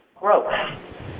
growth